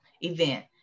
event